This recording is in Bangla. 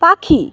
পাখি